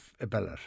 ability